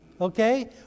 okay